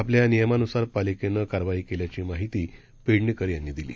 आपल्या नियमान्सार पालिकेनं कारवाई केल्याची माहिती पेडणेकर यांनी दिली